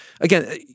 again